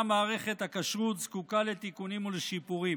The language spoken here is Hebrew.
גם מערכת הכשרות זקוקה לתיקונים ולשיפורים.